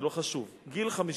זה לא חשוב: גיל 52,